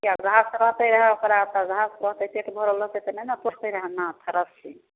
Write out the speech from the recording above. किआ घास रहितै रहय ओकरा तऽ घास रहितै पेट भरल रहितै तऽ नहिने टुटतै रहय नाथ रस्सी